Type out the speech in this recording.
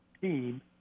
team